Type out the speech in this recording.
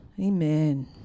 Amen